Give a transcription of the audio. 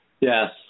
Yes